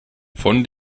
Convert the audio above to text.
von